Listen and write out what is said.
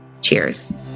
Cheers